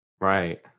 Right